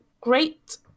great